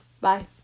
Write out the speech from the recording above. bye